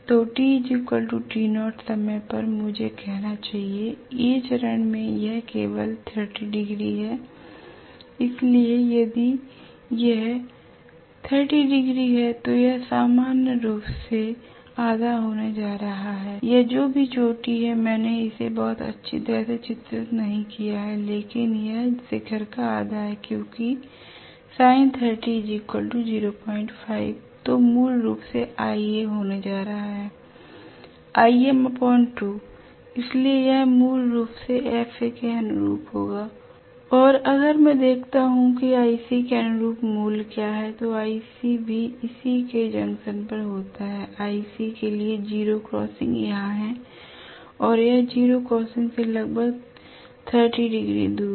तो समय पर मुझे कहना चाहिए A चरण में यह केवल 30 डिग्री है इसलिए यदि यह 30 डिग्री है तो यह अनिवार्य रूप से आधा होने जा रहा हूं या जो भी चोटी है मैंने इसे बहुत अच्छी तरह से चित्रित नहीं किया है लेकिन यह शिखर का आधा है क्योंकि तो मूल रूप से iA होने जा रहा है इसलिए यह मूल रूप से FA के अनुरूप होगा l और अगर मैं देखता हूं कि iC के अनुरूप मूल्य क्या है तो iC भी इसी के जंक्शन पर होता है iC के लिए जीरो क्रॉसिंग यहां है और यह जीरो क्रॉसिंग से लगभग 30 डिग्री दूर है